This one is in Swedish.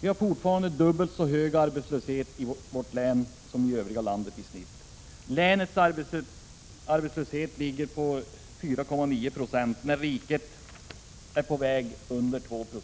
Vi har fortfarande dubbelt så hög arbetslöshet i Norrbotten som i övriga landet. Länets arbetslöshet ligger på 4,9 20, när rikets är på väg under 2 9.